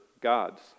gods